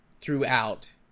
throughout